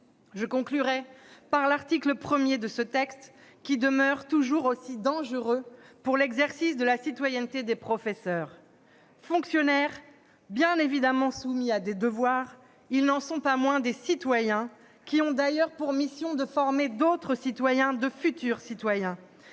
maintenant l'article 1 du texte, qui demeure toujours aussi dangereux pour l'exercice de la citoyenneté des professeurs. Fonctionnaires, bien évidemment soumis à des devoirs, ceux-ci n'en sont pas moins des citoyens, qui ont d'ailleurs pour mission de former d'autres citoyens, de futurs citoyens.